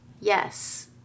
Yes